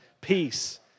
Peace